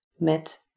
met